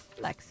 Lexi